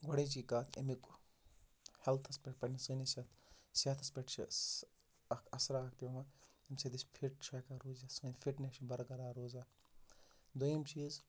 گۄڈٕچی کَتھ اَمیُٚک ہیلتھَس پٮ۪ٹھ پنٛنِس سٲنِس یَتھ صحتَس پٮ۪ٹھ چھِ اَکھ اثرات پٮ۪وان ییِمہِ سۭتۍ أسۍ فِٹ چھِ ہٮ۪کان روٗزِتھ سٲنۍ فِٹنٮ۪س چھِ بَرقَرار روزان دۄیِم چیٖز